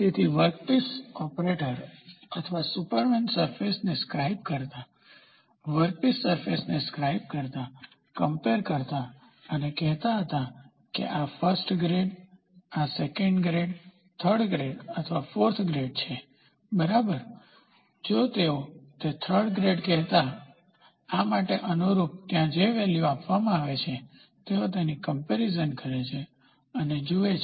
તેથી workshop operator અથવા superman સરફેસને સ્ક્રાઇબ કરતા વર્કપીસ સરફેસને સ્ક્રાઇબ કરતા કમ્પેર કરતા અને કહેતા હતા કે આ first grade second grade third grade અથવા ફોર્થ ગ્રેડ બરાબર છે જો તેઓ તે થર્ડ ગ્રેડ કહેતા આ માટે અનુરૂપ ત્યાં જે વેલ્યુ આપવામાં આવે છે તેઓ તેની કમ્પેરીઝન કરે છે અને જુએ છે